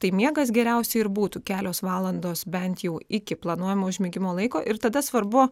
tai miegas geriausiai ir būtų kelios valandos bent jau iki planuojamo užmigimo laiko ir tada svarbu